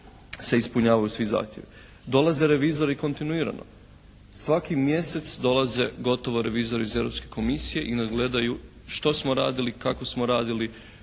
se ispunjavaju svi zahtjevi. Dolaze revizori kontinuirano. Svaki mjesec dolaze gotovo revizori iz Europske komisije i nadgledaju što smo radili, kako smo radili,